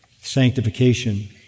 sanctification